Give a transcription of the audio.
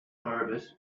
harvest